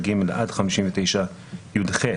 בסוף כללי המשחק יש בהם גם מהות ולא רק פרוצדורה,